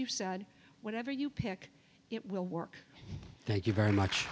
you said whatever you pick it will work thank you very much